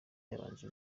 yabanje